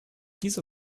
diese